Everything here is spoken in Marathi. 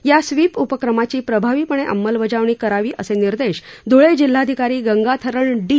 यास्वीप उपक्रमाची प्रभावीपणे अंमलबजावणी करावी असे निर्देश ध्ळे जिल्हाधिकारी गंगाथरण डी